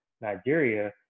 Nigeria